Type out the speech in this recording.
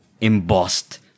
embossed